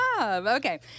Okay